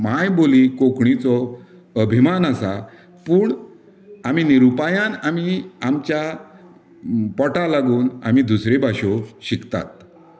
मांय बेली कोंकणीचो अभिमान आसा पूण आमी निरुपायान आमी आमच्या पोटांक लागून आमी दुसऱ्यो भाशो शिकतात